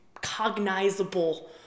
cognizable